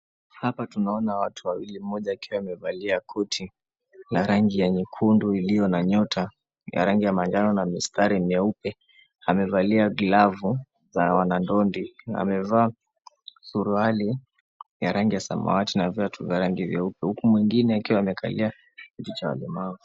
Hapa tunaona watu wawili mmoja akiwa amevalia koti la rangi ya nyekundu iliyo na nyota ya rangi ya manjano na mistari nyeupe, amevalia glavu za wanadondi na amevaa suruali ya rangi ya samawati na viatu vya rangi nyeupe huku mwingine akiwa amekalia kiti cha walemavu.